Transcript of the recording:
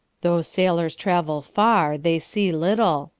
though sailors travel far, they see little,